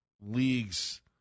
league's